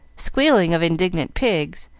squealing of indignant pigs,